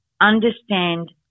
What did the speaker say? understand